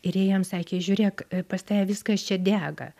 ir jie jam sakė žiūrėk pas tave viskas čia dega